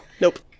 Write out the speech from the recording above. nope